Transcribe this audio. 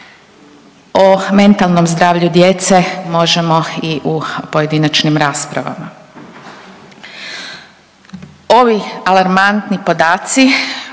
O mentalnom zdravlju djece možemo i u pojedinačnim raspravama. Ovi alarmantni podaci